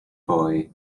boy